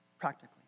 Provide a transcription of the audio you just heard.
practically